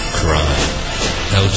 crime